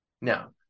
Now